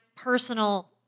personal